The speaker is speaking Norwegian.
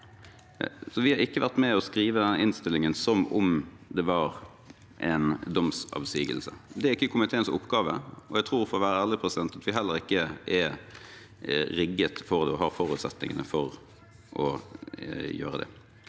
Vi har ikke vært med på å skrive innstillingen som om den var en domsavsigelse. Det er ikke komiteens oppgave. Jeg tror, for å være ærlig, at vi heller ikke er rigget for å ha forutsetningene for å gjøre det.